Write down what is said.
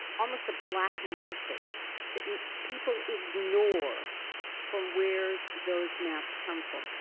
almost a black market that and people ignore from where those maps come from.